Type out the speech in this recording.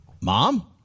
Mom